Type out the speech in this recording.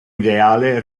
ideale